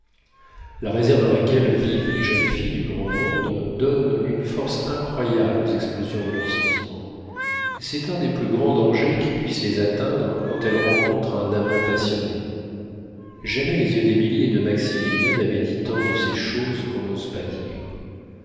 la réserve dans laquelle vivent les jeunes filles du grand monde donne une force incroyable aux explosions de leurs sentiments et c'est un des plus grands dangers qui puissent les atteindre quand elles rencontrent un amant passionné jamais les yeux d'émilie et de maximilien n'avaient dit tant de ces choses qu'on n'ose pas dire